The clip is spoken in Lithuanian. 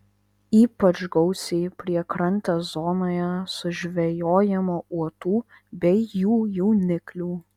ypač gausiai priekrantės zonoje sužvejojama uotų bei jų jauniklių